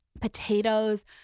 potatoes